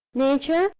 nature,